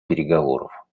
переговоров